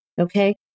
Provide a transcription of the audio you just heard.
Okay